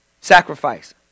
Sacrifice